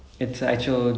oh